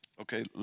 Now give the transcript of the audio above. Okay